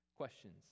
Questions